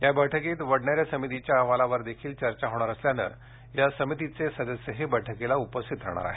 या बैठकीत वडनेरे समितीच्या अहवालावरही चर्चा होणार असल्यानं या समितीचे सदस्यही बैठकीस उपस्थित असतील